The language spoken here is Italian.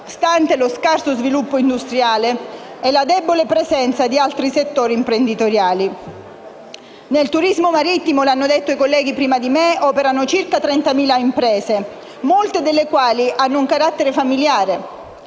stante lo scarso sviluppo industriale e la debole presenza di altri settori imprenditoriali. Nel turismo marittimo, l'hanno detto altri colleghi prima di me, operano circa 30.000 imprese, molte delle quali hanno un carattere familiare.